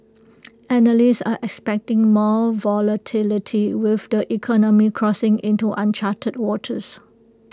analysts are expecting more volatility with the economy crossing into uncharted waters